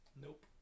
Nope